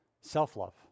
self-love